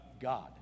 God